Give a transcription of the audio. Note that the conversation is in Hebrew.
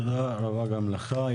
תודה רבה גם לך.